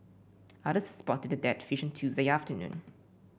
others spotted the dead fish on Tuesday afternoon